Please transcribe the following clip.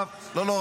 לא,